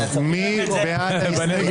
מי בעד ההסתייגות?